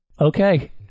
Okay